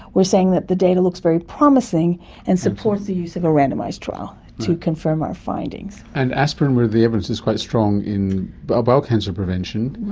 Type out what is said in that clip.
saying that the data looks very promising and supports the use of a randomised trial to confirm our findings and aspirin, where the evidence is quite strong in bowel cancer prevention,